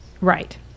Right